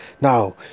Now